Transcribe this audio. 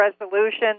resolution